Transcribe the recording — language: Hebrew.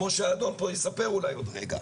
כמו שהאדון פה יספר אולי עוד רגע.